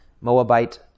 Moabite